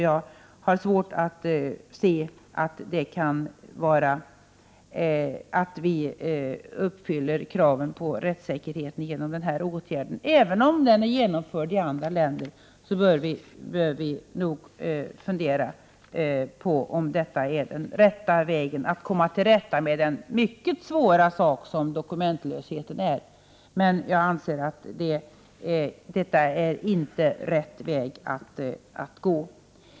Jag har svårt att se att vi uppfyller de krav som ställs på rättssäkerheten när det gäller denna åtgärd. Även om andra länder har vidtagit den här åtgärden, bör vi noga fundera på om detta är den riktiga vägen att komma till rätta med det mycket svåra problemet med dokumentlösheten. Jag anser alltså att detta inte är den rätta vägen att komma fram till en lösning.